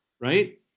right